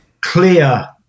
clear